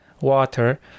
water